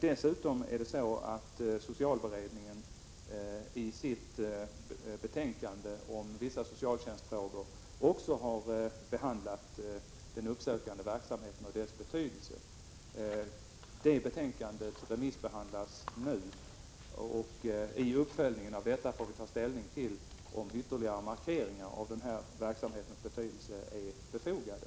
Dessutom är det så att socialberedningen i sitt betänkande om vissa socialtjänstfrågor också har behandlat den uppsökande verksamheten och poängterat dess betydelse. Detta betänkande remissbehandlas nu, och i uppföljningen av det får vi ta ställning till om ytterligare markeringar av denna verksamhets betydelse är befogade.